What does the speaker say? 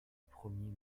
premier